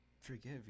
forgive